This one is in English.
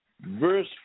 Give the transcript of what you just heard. verse